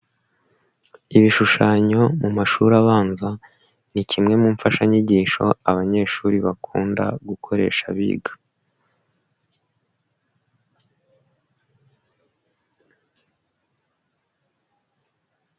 Ibishushanyo mu mashuri abanza, ni kimwe mu mfashanyigisho abanyeshuri bakunda gukoresha biga.